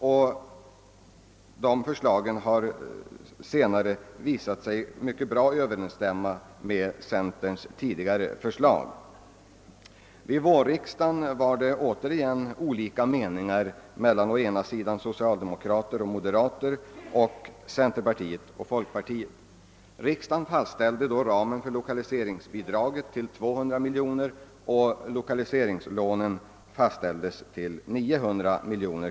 Dessa utvidgningar har senare visat sig överensstämma mycket bra med centerns tidigare förslag. Vid vårriksdagen rådde åter olika meningar mellan å ena sidan socialdemokrater och moderata och å andra sidan centerpartiet och folkpartiet. Riksdagen fastställde då ramen för lokaliseringsbidragen till 200 miljoner kronor och för lokaliseringslånen till 900 miljoner.